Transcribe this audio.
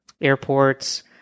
airports